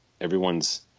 everyone's